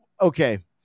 okay